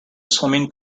swimming